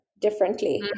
differently